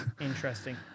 Interesting